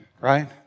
right